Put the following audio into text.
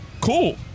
cool